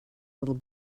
little